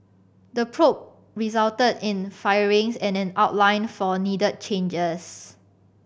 the probe resulted in firings and an outline for needed changes